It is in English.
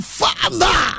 father